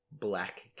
black